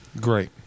Great